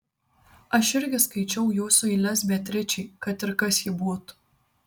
aš irgi skaičiau jūsų eiles beatričei kad ir kas ji būtų